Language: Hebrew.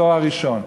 תואר ראשון.